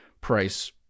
price